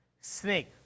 snake